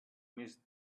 missed